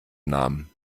namen